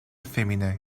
féminin